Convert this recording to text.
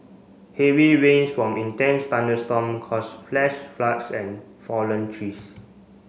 heavy rains from intense thunderstorm caused flash floods and fallen trees